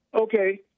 Okay